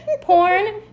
porn